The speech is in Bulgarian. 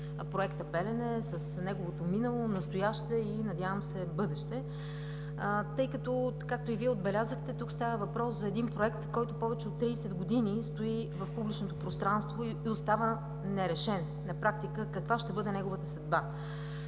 Проекта „Белене“, с неговото минало, настояще и, надявам се, бъдеще. Както и Вие отбелязахте, тук става въпрос за един проект, който повече от 30 години стои в публичното пространство и остава нерешен, на практиката каква ще бъде неговата съдба?